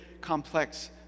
complex